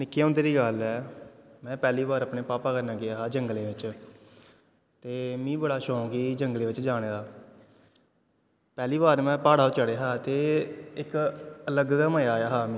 निक्के होंदे दी गल्ल ऐ में पैह्ली बार अपने भापा कन्नै गेआ हा जंगलें बिच्च ते मिगी बड़ा शौंक ही जंगलैं बिच्च जान दा पैह्ली बार में प्हाड़ पर चढ़ेआ हा ते इक अलग गै मज़ा आया हा मिगी